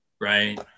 right